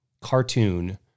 cartoon